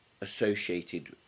associated